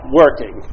working